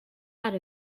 out